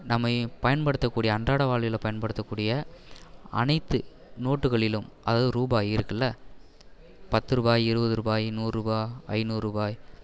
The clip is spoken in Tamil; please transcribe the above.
நம்ம பயன்படுத்த கூடிய அன்றாட வாழ்வியல் பயன்படுத்த கூடிய அனைத்து நோட்டுகளிலும் அதாவது ரூபாய் இருக்குல்ல பத்து ரூபாய் இருபது ரூபாய் நூறுரூபா ஐந்நூறு ரூபாய்